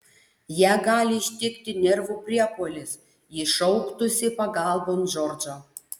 ją gali ištikti nervų priepuolis ji šauktųsi pagalbon džordžą